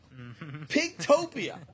Pigtopia